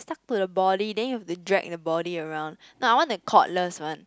stuck to the body then you have to drag body around now I want the coreless one